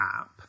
app